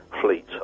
fleet